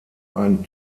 ein